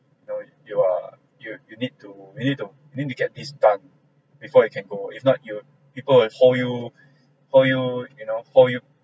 you know you are you you need to you need to you need to get this done before you can go if not you people will hold you hold you you know hold you